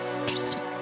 Interesting